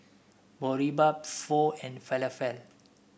Boribap Pho and Falafel